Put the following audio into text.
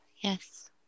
Yes